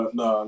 no